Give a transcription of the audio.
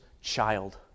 child